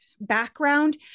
background